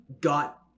got